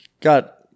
got